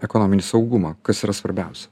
ekonominį saugumą kas yra svarbiausia